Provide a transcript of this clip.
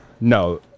No